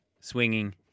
Swinging